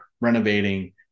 renovating